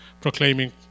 proclaiming